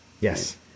yes